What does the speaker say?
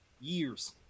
years